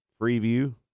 Freeview